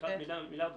מיליארד וחצי,